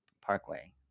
parkway